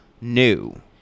New